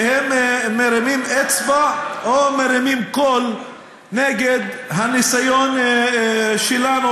שהם מרימים אצבע או מרימים קול נגד הניסיון שלנו,